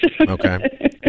okay